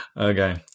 Okay